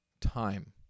time